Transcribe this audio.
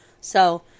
So-